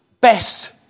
best